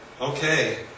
okay